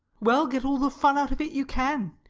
well, get all the fun out of it you can.